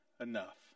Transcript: enough